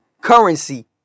Currency